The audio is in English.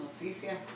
noticias